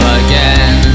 again